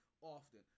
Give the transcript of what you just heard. often